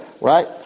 right